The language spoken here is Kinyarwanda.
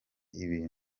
ibintu